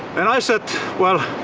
and i said, well,